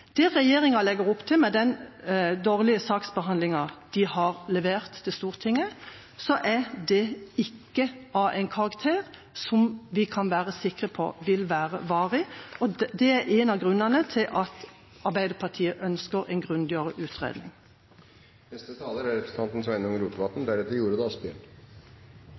Det regjeringa legger opp til med den dårlige saksbehandlingen de har levert til Stortinget, er ikke av en karakter som vi kan være sikre på vil være varig. Det er en av grunnene til at Arbeiderpartiet ønsker en grundigere utredning. I sitt siste innlegg sa representanten